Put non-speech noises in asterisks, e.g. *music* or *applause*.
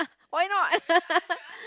why not *laughs*